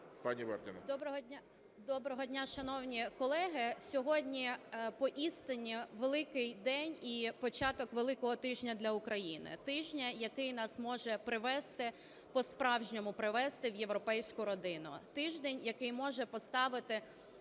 Доброго дня, шановні колеги! Сьогодні по істину великий день і початок великого тижня для України, тижня, який нас може привести, по-справжньому привести в європейську родину. Тиждень, який може поставити